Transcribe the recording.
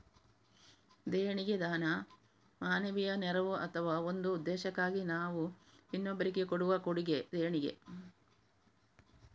ದೇಣಿಗೆ ದಾನ, ಮಾನವೀಯ ನೆರವು ಅಥವಾ ಒಂದು ಉದ್ದೇಶಕ್ಕಾಗಿ ನಾವು ಇನ್ನೊಬ್ರಿಗೆ ಕೊಡುವ ಕೊಡುಗೆ ದೇಣಿಗೆ